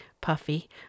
puffy